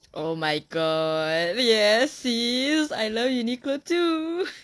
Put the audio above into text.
oh my god yes it is I love uniqlo too